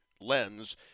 lens